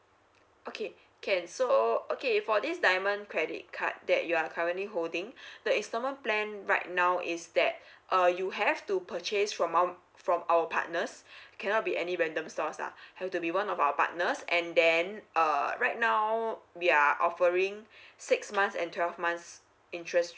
okay can so okay for this diamond credit card that you are currently holding the installment plan right now is that uh you have to purchase from our from our partners cannot be any random source ah have to be one of our partners and then err right now we are offering six months and twelve months interest